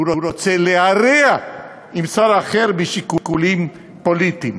והוא רוצה להרע עם שר אחר משיקולים פוליטיים?